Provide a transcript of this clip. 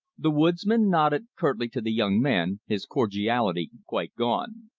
the woodsman nodded curtly to the young man, his cordiality quite gone.